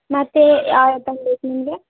ಮತ್ತೇ ಯಾವ ಐಟಮ್ ಬೇಕು ನಿಮಗೆ